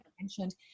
mentioned